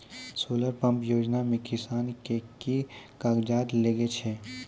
Solar pump योजना म किसान के की कागजात लागै छै?